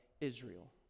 Israel